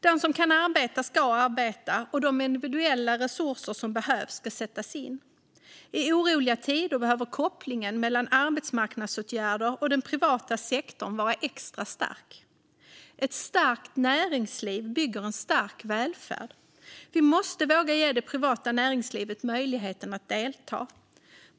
Den som kan arbeta ska arbeta, och de individuella resurser som behövs ska sättas in. I oroliga tider behöver kopplingen mellan arbetsmarknadsåtgärder och den privata sektorn vara extra stark. Ett starkt näringsliv bygger en stark välfärd. Vi måste våga ge det privata näringslivet möjligheten att delta.